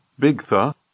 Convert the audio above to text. Bigtha